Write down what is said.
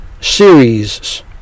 series